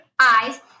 eyes